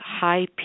high